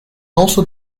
also